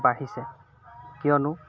বাঢ়িছে কিয়নো